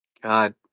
God